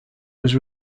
was